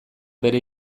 bere